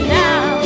now